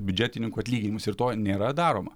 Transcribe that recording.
biudžetininkų atlyginimus ir to nėra daroma